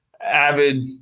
avid